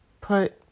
put